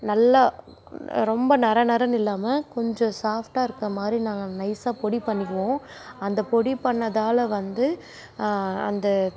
நல்லா ரொம்ப நரநரன்னு இல்லாமல் கொஞ்சம் சாஃப்டாக இருக்க மாதிரி நாங்கள் நைசாக பொடி பண்ணிக்குவோம் அந்த பொடி பண்ணதால் வந்து அந்த